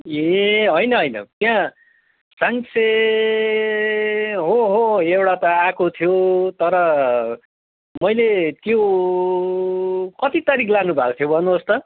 ए होइन होइन त्यहाँ साङ्से हो हो एउटा त आएको थियो तर मैले त्यो कति तारिक लानु भएको थियो भन्नुहोस् त